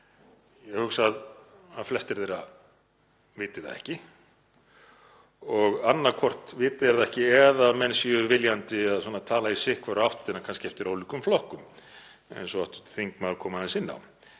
ég hugsa að flestir þeirra viti það ekki, og annaðhvort viti þeir það ekki eða að menn séu viljandi að tala hver í sína áttina, kannski eftir ólíkum flokkum, eins og hv. þingmaður kom aðeins inn á.